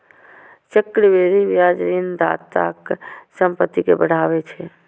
चक्रवृद्धि ब्याज ऋणदाताक संपत्ति कें बढ़ाबै छै